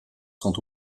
sont